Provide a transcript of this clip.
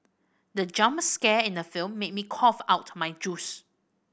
the jump scare in the film made me cough out my juice